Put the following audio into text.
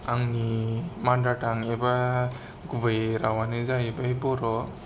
आंनि माडार टांग एबा गुबै रावानो जाहैबाय बर'